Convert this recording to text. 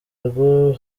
rwo